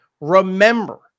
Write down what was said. remember